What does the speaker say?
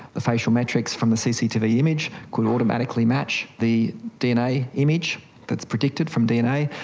the facial metrics from the cctv image could automatically match the dna image that is predicted from dna.